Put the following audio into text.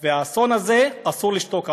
והאסון הזה, אסור לשתוק עליו,